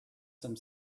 some